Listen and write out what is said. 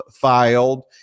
filed